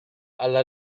alla